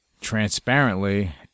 transparently